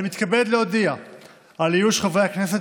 אני מתכבד להודיע על איוש חברי הכנסת